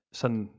sådan